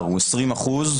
זו ההתרשמות שלי.